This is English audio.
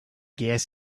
gas